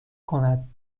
کند